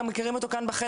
גם מכירים אותו כאן בחדר,